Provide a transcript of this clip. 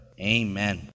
Amen